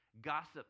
Gossip